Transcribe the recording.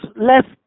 left